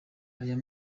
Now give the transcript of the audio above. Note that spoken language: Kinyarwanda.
aya